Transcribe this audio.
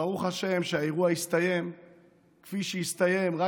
ברוך השם שהאירוע הסתיים כפי שהסתיים רק